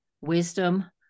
wisdom